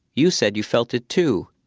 you said you felt it, too.